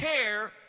care